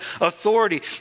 authority